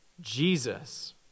Jesus